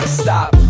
stop